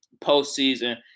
postseason